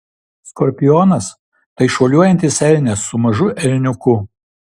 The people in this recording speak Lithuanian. skorpionas tai šuoliuojantis elnias su mažu elniuku